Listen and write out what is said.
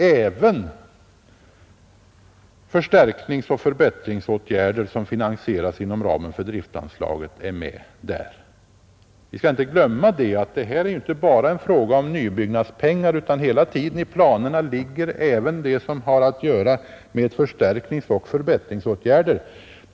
Även förstärkningsoch förbättringsåtgärder, som finansieras inom ramen för driftanslaget, är med där. Vi skall inte glömma bort att det inte bara är en fråga om nybyggnadspengar, utan i planerna ligger hela tiden också det som har att göra med förstärkningsoch förbättringsåtgärder.